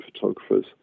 photographers